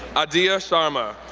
aadya sharma,